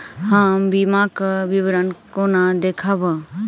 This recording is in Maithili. हम बीमाक विवरण कोना देखबै?